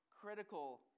critical